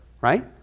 right